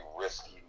risky